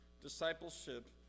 Discipleship